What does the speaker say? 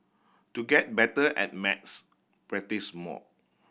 to get better at maths practise more